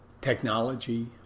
technology